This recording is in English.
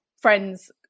friends